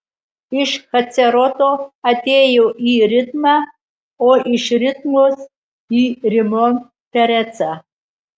iš haceroto atėjo į ritmą o iš ritmos į rimon perecą